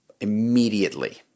Immediately